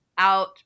Out